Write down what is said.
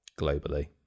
globally